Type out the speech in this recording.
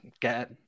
get